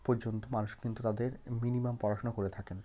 পর্যন্ত মানুষ কিন্তু তাদের মিনিমাম পড়াশোনা করে থাকেন